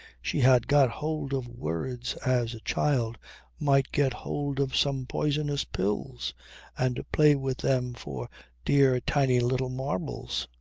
she had got hold of words as a child might get hold of some poisonous pills and play with them for dear, tiny little marbles.